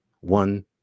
one